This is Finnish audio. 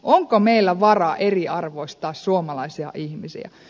onko meillä varaa eriarvoistaa suomalaisia ihmisiä